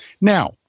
Now